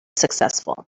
successful